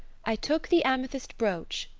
i took the amethyst brooch,